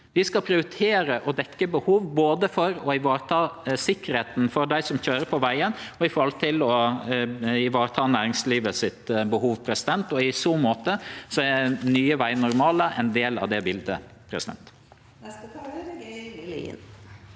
Vi skal prioritere å dekkje behov både for å vareta sikkerheita for dei som køyrer på vegane, og for å vareta næringslivet sitt behov. I så måte er nye vegnormalar ein del av det biletet.